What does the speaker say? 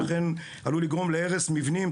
וכן עלול לגרום להרס מבנים,